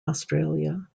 australia